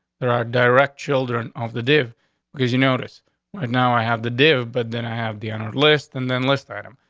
there are direct children off the div because you notice right now i have the deal. but then i have the honor list and then list item.